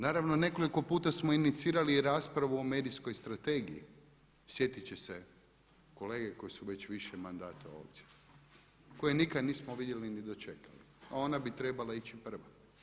Naravno nekoliko puta smo inicirali i raspravu o medijskoj strategiji, sjetit će se kolege koje su već više mandata ovdje, koje nikada nismo vidjeli ni dočekali, a ona bi trebala ići prva.